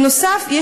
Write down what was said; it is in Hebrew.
נוסף על כך,